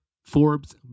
Forbes